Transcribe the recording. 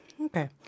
Okay